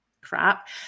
crap